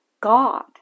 God